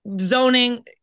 Zoning